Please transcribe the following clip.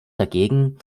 dagegen